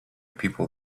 people